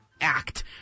act